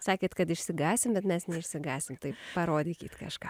sakėt kad išsigąsim bet mes neišsigąsim tai parodykit kažką